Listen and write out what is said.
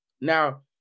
Now